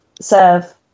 serve